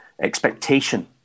expectation